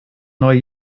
neue